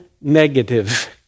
negative